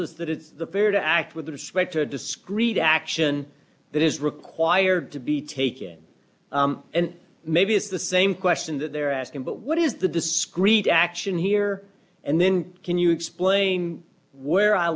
us that it's fair to act with respect to a discreet action that is required to be taken and maybe it's the same question that they're asking but what is the discrete action here and then can you explain where i